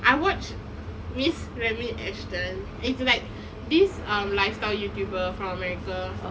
I watch miss mami ashton it's like this um lifestyle youtuber from America